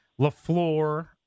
LaFleur